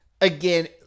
again